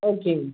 okay